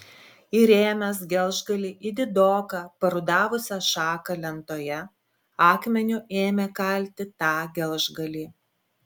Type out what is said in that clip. įrėmęs gelžgalį į didoką parudavusią šaką lentoje akmeniu ėmė kalti tą gelžgalį